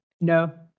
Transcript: No